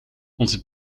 onze